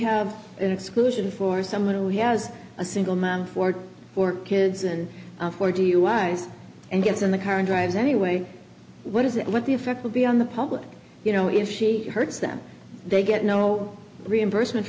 have an exclusion for someone who has a single mom for four kids and four do you eyes and gets in the car and drives anyway what is it what the effect will be on the public you know if she hurts them they get no reimbursement